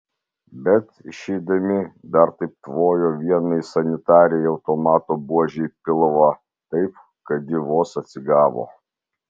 bet išeidami dar taip tvojo vienai sanitarei automato buože į pilvą taip kad ji vos atsigavo